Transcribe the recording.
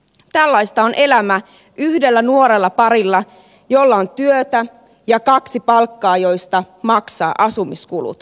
tällaista on elämä yhdellä nuorellaparilla jolla on työtä ja kaksi palkkaa joista maksaa asumiskulut